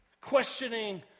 questioning